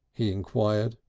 he enquired.